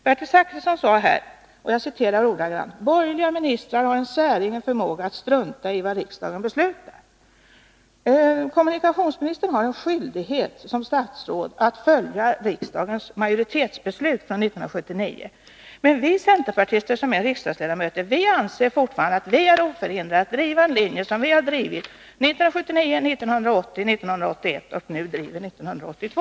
Bertil Zachrisson sade att borgerliga ministrar har en säregen förmåga att strunta i vad riksdagen har beslutat. Kommunikationsministern har alltså en skyldighet såsom statsråd att följa riksdagsmajoritetens beslut från 1979, men vi centerpartister som är riksdagsledamöter anser fortfarande att vi är oförhindrade att driva den linje som vi drev 1979, 1980 samt 1981 och nu driver 1982.